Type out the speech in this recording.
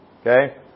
Okay